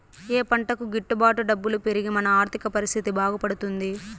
ఏ పంటకు గిట్టు బాటు డబ్బులు పెరిగి మన ఆర్థిక పరిస్థితి బాగుపడుతుంది?